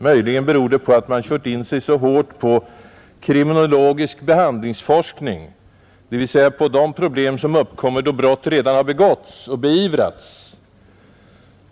Möjligen beror det på att man kört in sig så hårt på kriminologisk behandlingsforskning, dvs. på de problem som uppkommer då brott redan har begåtts och beivrats.